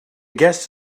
guests